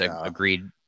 agreed